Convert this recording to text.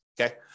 Okay